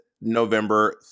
November